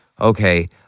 okay